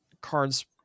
Cards